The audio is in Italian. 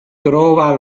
trova